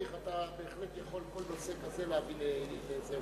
אתה בהחלט יכול כל נושא כזה להביא לידי,